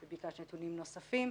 וביקשת נתונים נוספים.